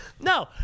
No